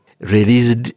released